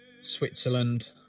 Switzerland